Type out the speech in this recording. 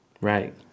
right